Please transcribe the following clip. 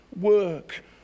work